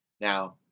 Now